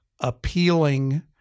appealing